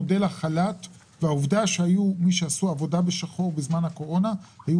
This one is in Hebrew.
מודל החל"ת והעובדה שהיו מי שעשו עבודה בשחור בזמן הקורונה היו